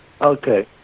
Okay